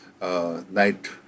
Night